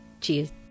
cheers